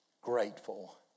Grateful